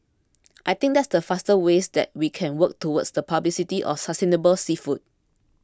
I think that's the fastest way that we can work towards the publicity of sustainable seafood